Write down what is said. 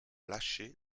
lâché